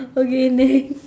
okay next